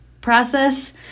process